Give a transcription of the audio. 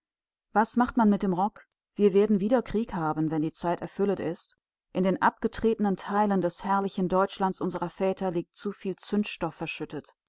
was macht man mit dem rock wir werden wieder krieg haben wenn die zeit erfüllet ist in den abgetretenen teilen des herrlichen deutschlands unserer väter liegt zu viel zündstoff verschüttet